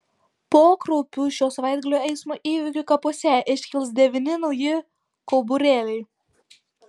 po kraupių šio savaitgalio eismo įvykių kapuose iškils devyni nauji kauburėliai